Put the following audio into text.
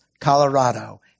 Colorado